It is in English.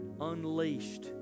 unleashed